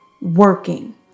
working